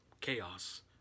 chaos